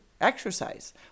exercise